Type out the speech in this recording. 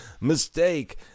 Mistake